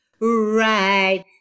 right